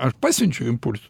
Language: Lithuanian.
aš pasiunčiu impulsų